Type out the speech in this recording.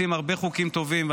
יוצאים הרבה חוקים טובים,